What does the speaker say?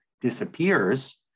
disappears